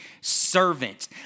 servant